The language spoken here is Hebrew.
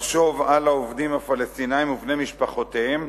לחשוב על העובדים הפלסטינים ובני משפחותיהם,